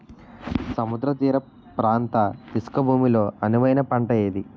సముద్ర తీర ప్రాంత ఇసుక భూమి లో అనువైన పంట ఏది?